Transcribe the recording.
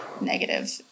negative